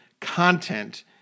content